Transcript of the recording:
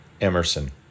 Emerson